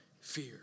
fear